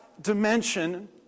dimension